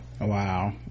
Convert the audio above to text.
Wow